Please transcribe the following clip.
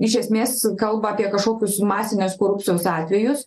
iš esmės kalba apie kažkokius masinės korupcijos atvejus